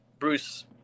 Bruce